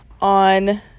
on